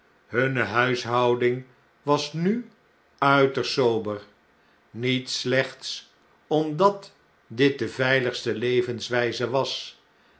steunen hunnrhuishouding was nu uiterst sober niet slechts omdat dit de veiligste leefwyze was